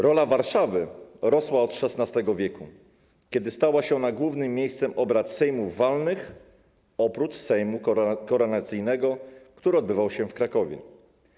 Rola Warszawy rosła od XVI w., kiedy stała się ona głównym miejscem obrad sejmów walnych oprócz sejmu koronacyjnego, który odbywał się w Krakowie.